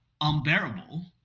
unbearable